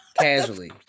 Casually